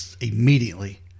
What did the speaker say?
immediately